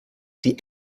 die